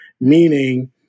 meaning